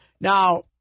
now